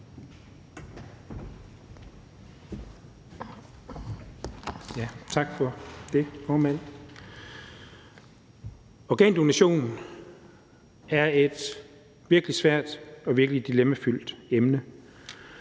Organdonation er et virkelig svært og dilemmafyldt emne,